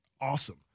awesome